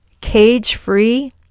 cage-free